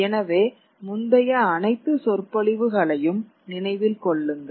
எனவே முந்தைய அனைத்து சொற்பொழிவுகளையும் நினைவில் கொள்ளுங்கள்